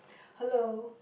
hello